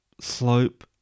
slope